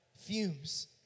fumes